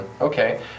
okay